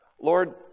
Lord